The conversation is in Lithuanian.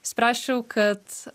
spręsčiau kad